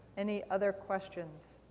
any other questions?